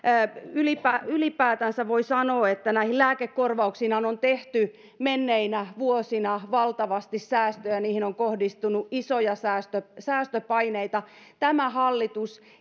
ylipäätänsä voi sanoa että näihin lääkekorvauksiinhan on tehty menneinä vuosina valtavasti säästöjä niihin on kohdistunut isoja säästöpaineita tämä hallitus